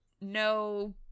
no